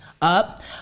up